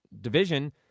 division